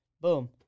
Boom